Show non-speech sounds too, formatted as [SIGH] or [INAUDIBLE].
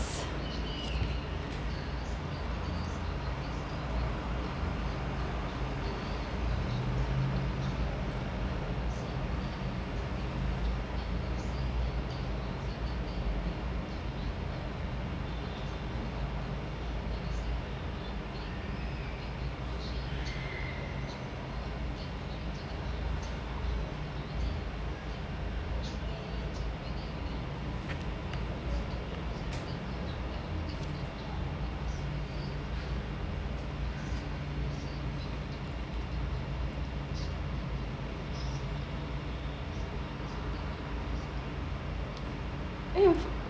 [NOISE]